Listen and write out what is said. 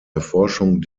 erforschung